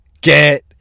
get